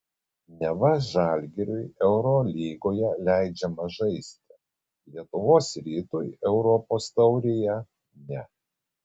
neva žalgiriui eurolygoje leidžiama žaisti lietuvos rytui europos taurėje ne